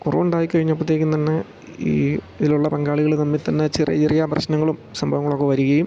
കുറവുണ്ടായി കഴിഞ്ഞപ്പോഴത്തേക്കും തന്നെ ഈ ഇതിലുള്ള പങ്കാളികൾ തമ്മിൽ തന്നെ ചെറിയ ചെറിയ പ്രശ്നങ്ങളും സംഭവങ്ങളൊക്കെ വരികയും